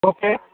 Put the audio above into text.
okay